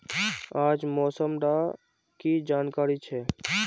आज मौसम डा की जानकारी छै?